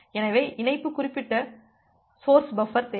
எனவே இணைப்பு குறிப்பிட்ட சொர்ஸ் பஃபர் தேவை